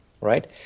right